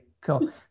cool